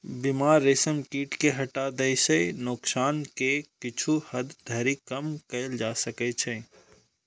बीमार रेशम कीट कें हटा दै सं नोकसान कें किछु हद धरि कम कैल जा सकै छै